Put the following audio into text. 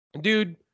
Dude